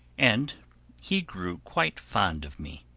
and he grew quite fond of me.